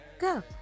go